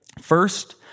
First